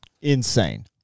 insane